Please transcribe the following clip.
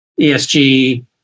ESG